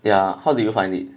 yeah how did you find it